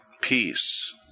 peace